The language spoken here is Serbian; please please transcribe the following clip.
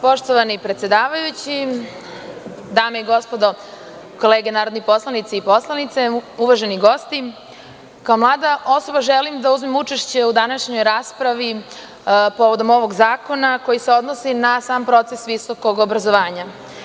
Poštovani predsedavajući, dame i gospodo kolege narodni poslanici i poslanice, uvaženi gosti, kao mlada osoba želim da uzmem učešće u današnjoj raspravi povodom ovog zakona koji se odnosi na sam proces visokog obrazovanja.